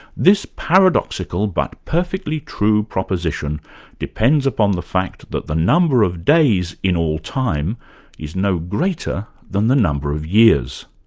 this paradoxical but perfectly true proposition depends upon the fact that the number of days in all time is no greater than the number of years.